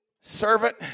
Servant